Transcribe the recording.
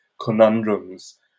conundrums